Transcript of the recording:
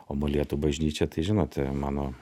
o molėtų bažnyčia tai žinote mano